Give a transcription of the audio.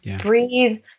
Breathe